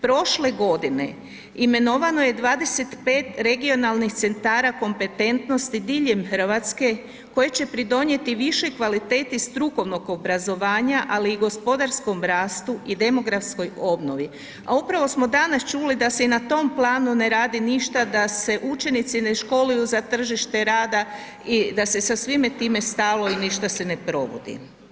Prošle godine imenovano je 25 regionalnih centara kompetentnosti diljem Hrvatske koje će pridonijeti više kvaliteti strukovnog obrazovanja, ali i gospodarskom rastu i demografskoj obnovi, a upravo smo danas čuli da se i na tom planu ne radi ništa, da se učenici ne školuju za tržište rada i da se sa svime time stalo i ništa se ne provodi.